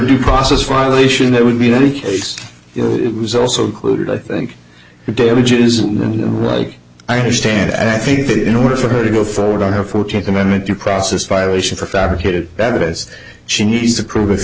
due process violation that would be in any case it was also included i think it damages and like i understand i think that in order for her to go forward on her fourteenth amendment due process violation for fabricated evidence she needs to prove th